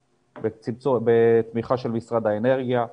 בתמיכה של משרד האנרגיה.